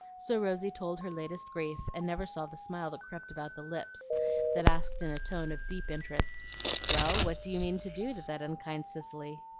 so rosy told her latest grief, and never saw the smile that crept about the lips that asked in a tone of deep interest well, what do you mean to do to that unkind cicely?